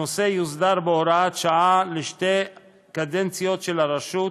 הנושא יוסדר בהוראת שעה לשתי קדנציות של הרשות,